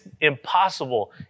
impossible